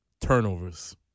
Turnovers